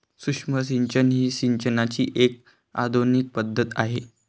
सूक्ष्म सिंचन ही सिंचनाची एक आधुनिक पद्धत आहे